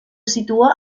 situa